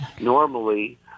normally